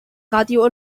radio